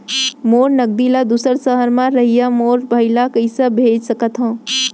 मोर नगदी ला दूसर सहर म रहइया मोर भाई ला कइसे भेज सकत हव?